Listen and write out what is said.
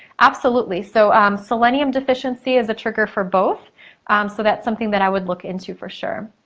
absolutely. so selenium deficiency is a trigger for both um so that's something that i would look into for sure.